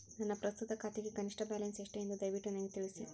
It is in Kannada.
ನನ್ನ ಪ್ರಸ್ತುತ ಖಾತೆಗೆ ಕನಿಷ್ಟ ಬ್ಯಾಲೆನ್ಸ್ ಎಷ್ಟು ಎಂದು ದಯವಿಟ್ಟು ನನಗೆ ತಿಳಿಸಿ